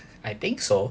I think so